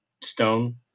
stone